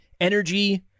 energy